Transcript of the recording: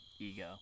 ego